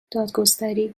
دادگستری